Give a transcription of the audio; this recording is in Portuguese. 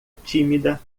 tímida